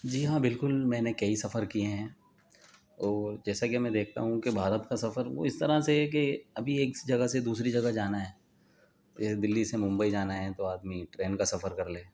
جی ہاں بالکل میں نے کئی سفر کئے ہیں اور جیسا کہ میں دیکھتا ہوں کہ بھارت کا سفر وہ اس طرح سے ہے کہ ابھی ایک جگہ سے دوسری جگہ جانا ہے جیسے دلی سے ممبئی جانا ہے تو آدمی ٹرین کا سفر کر لے